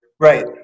Right